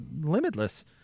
limitless